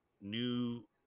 new